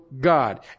God